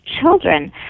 children